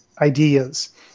ideas